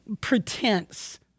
pretense